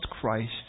Christ